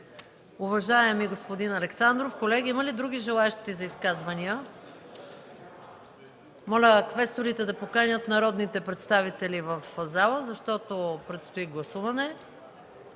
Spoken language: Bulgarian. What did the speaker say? уважаеми господин Александров. Колеги, има ли други желаещи за изказвания? Моля квесторите да поканят народните представители в залата. Предстои гласуване.